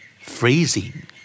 freezing